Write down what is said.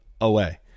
away